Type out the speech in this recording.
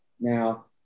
Now